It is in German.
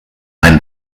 ein